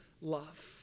love